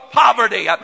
poverty